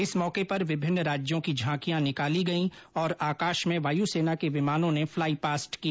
इस मौके पर विभिन्न राज्यों की झांकियां निकाली गई और आकाश में वायुसेना के विमानों ने फ्लाई पास्ट किया